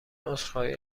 عذرخواهی